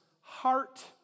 heart